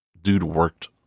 dude-worked